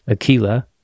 Aquila